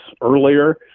earlier